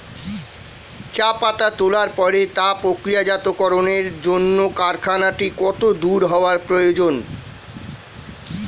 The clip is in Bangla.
চা পাতা তোলার পরে তা প্রক্রিয়াজাতকরণের জন্য কারখানাটি কত দূর হওয়ার প্রয়োজন?